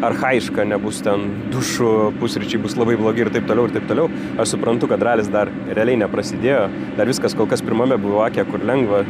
archajiška nebus ten dušų pusryčiai bus labai blogi ir taip toliau ir taip toliau aš suprantu kad ralis dar realiai neprasidėjo dar viskas kol kas pirmame bloke kur lengva